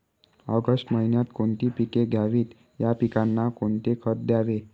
August महिन्यात कोणती पिके घ्यावीत? या पिकांना कोणते खत द्यावे?